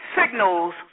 signals